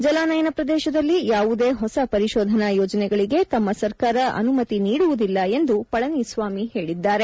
ಜಲಾನಯನ ಪ್ರದೇಶದಲ್ಲಿ ಯಾವುದೇ ಹೊಸ ಪರಿತೋಧನಾ ಯೋಜನೆಗಳಿಗೆ ತಮ್ಮ ಸರ್ಕಾರ ಅನುಮತಿ ನೀಡುವುದಿಲ್ಲ ಎಂದು ಪಳನಿಸ್ವಾಮಿ ಹೇಳಿದ್ದಾರೆ